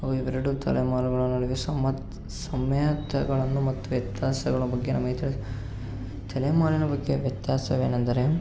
ಇವೆರಡು ತಲೆಮಾರುಗಳ ನಡುವೆ ಸಮ ಸಮತೆಗಳನ್ನು ಮತ್ತು ವ್ಯತ್ಯಾಸಗಳ ಬಗ್ಗೆ ನಮಗೆ ತಿಳಿಸಿ ತಲೆಮಾರಿನ ಬಗ್ಗೆ ವ್ಯತ್ಯಾಸವೇನೆಂದರೆ